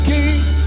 Kings